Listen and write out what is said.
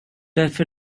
därför